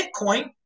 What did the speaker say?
Bitcoin